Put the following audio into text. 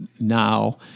now